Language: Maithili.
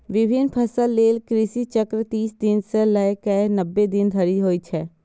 विभिन्न फसल लेल कृषि चक्र तीस दिन सं लए कए नब्बे दिन धरि होइ छै